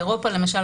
באירופה למשל,